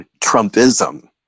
Trumpism